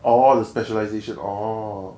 orh the specialization orh